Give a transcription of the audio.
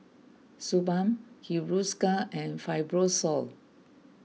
Suu Balm Hiruscar and Fibrosol